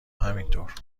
همینطور